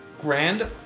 Grand